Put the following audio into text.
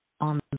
on